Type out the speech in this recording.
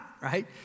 right